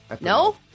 No